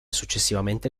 successivamente